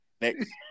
Next